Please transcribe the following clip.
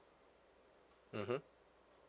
mmhmm